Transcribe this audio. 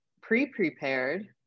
pre-prepared